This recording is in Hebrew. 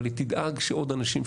אבל היא תדאג שעוד אנשים,